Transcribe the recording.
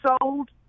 sold